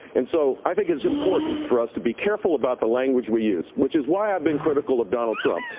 and so, i think it's important for us to be careful about the language we use, which is why i've been critical of donald trump.